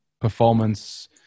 performance